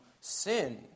sin